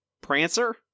Prancer